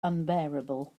unbearable